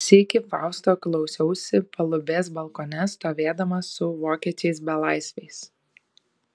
sykį fausto klausiausi palubės balkone stovėdama su vokiečiais belaisviais